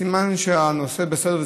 סימן שהנושא בסדר,